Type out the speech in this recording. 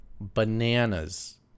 Bananas